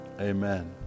Amen